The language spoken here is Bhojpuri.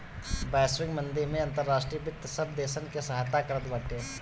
वैश्विक मंदी में अंतर्राष्ट्रीय वित्त सब देसन के सहायता करत बाटे